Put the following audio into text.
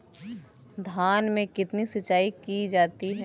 धान में कितनी सिंचाई की जाती है?